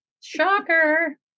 Shocker